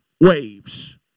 waves